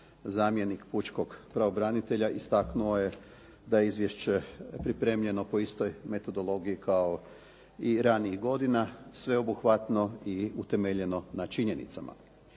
zamjenik pučkog pravobranitelja istaknuo je da je izvješće pripremljeno po istoj metodologiji kao i ranijih godina sveobuhvatno i utemeljeno na činjenicama.